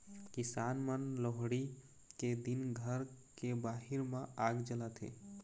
किसान मन लोहड़ी के दिन घर के बाहिर म आग जलाथे